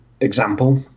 example